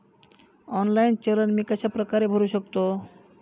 Online चलन मी कशाप्रकारे भरु शकतो?